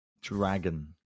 dragon